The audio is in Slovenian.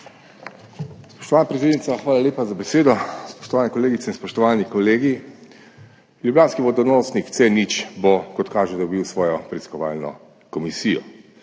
Spoštovana predsednica, hvala lepa za besedo. Spoštovane kolegice in spoštovani kolegi! Ljubljanski vodonosnik C0 bo, kot kaže, dobil svojo preiskovalno komisijo.